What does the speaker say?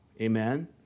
Amen